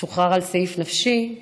שוחרר על סעיף נפשי,